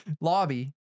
Lobby